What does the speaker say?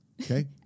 Okay